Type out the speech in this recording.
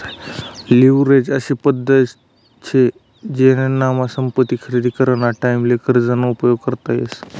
leverage अशी पद्धत शे जेनामा संपत्ती खरेदी कराना टाईमले कर्ज ना उपयोग करता येस